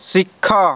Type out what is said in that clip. ଶିଖ